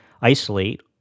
isolate